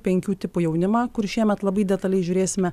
penkių tipų jaunimą kur šiemet labai detaliai žiūrėsime